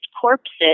corpses